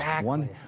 One